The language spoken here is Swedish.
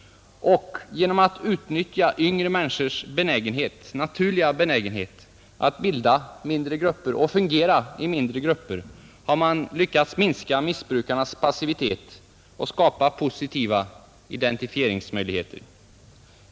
Genom att utnyttja yngre människors naturliga benägenhet att bilda mindre grupper, och fungera i dessa mindre grupper, har man lyckats minska missbrukarnas passivitet och skapa positiva identifieringsmöjligheter.